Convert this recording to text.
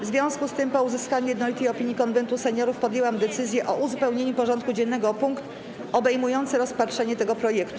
W związku z tym, po uzyskaniu jednolitej opinii Konwentu Seniorów, podjęłam decyzję o uzupełnieniu porządku dziennego o punkt obejmujący rozpatrzenie tego projektu.